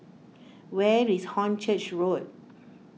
where is Hornchurch Road